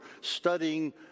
studying